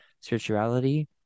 spirituality